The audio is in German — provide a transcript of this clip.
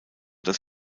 dass